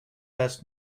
best